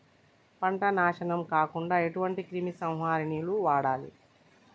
పంట నాశనం కాకుండా ఎటువంటి క్రిమి సంహారిణిలు వాడాలి?